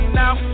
now